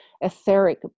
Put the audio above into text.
etheric